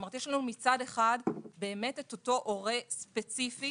יש לנו מצד אחד את אותו הורה ספציפי